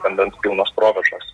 vandens pilnos provėžos